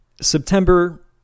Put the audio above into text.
September